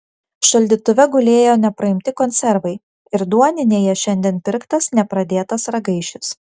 šaldytuve gulėjo nepraimti konservai ir duoninėje šiandien pirktas nepradėtas ragaišis